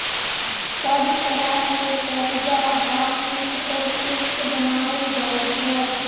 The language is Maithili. सब तरहक करजा आ किस्त पर किस्त बनाएल जाइ छै